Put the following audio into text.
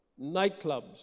nightclubs